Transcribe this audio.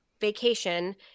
vacation